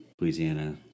louisiana